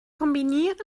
kombinieren